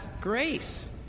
grace